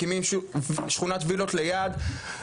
מקימים שכונת וילות ליד,